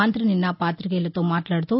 మంత్రి నిన్న పాతికేయులతో మాట్లాడుతూ